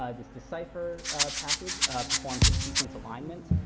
um this decipher package performs a sequence alignment.